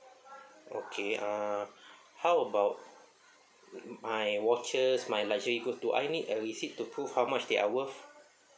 okay uh how about uh my watches my luxury goods do I need a receipt to prove how much they are worth